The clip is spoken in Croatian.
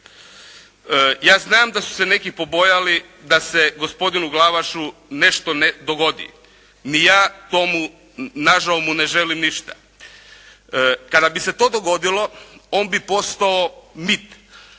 Ja znam da su se neki pobojali da se gospodinu Glavašu nešto ne dogodi. Ni ja tomu, nažao mu ne želim ništa. Kada bi se to dogodilo on bi postao mit,